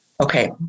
okay